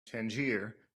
tangier